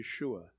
Yeshua